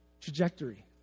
trajectory